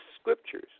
Scriptures